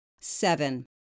Seven